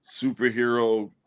superhero